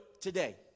today